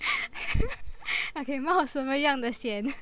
okay 梦什么样的咸